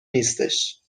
نیستش